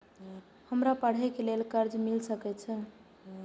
हमरा पढ़े के लेल कर्जा मिल सके छे?